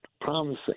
promising